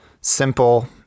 simple